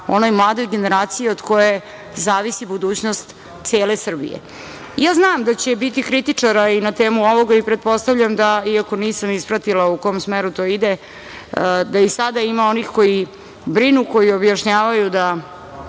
onoj mladoj generacije od koje zavisi budućnost cele Srbije. Znam da će biti kritičara i na temu ovoga i pretpostavljam, iako nisam ispratila u kom smeru to ide, da i sada ima onih koji brinu, koji objašnjavaju da